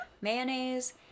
mayonnaise